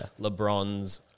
LeBron's